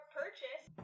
purchase